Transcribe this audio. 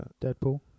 Deadpool